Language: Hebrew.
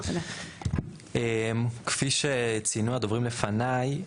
כפי שציינו הדוברים לפני.